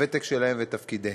הוותק שלהם ותפקידיהם.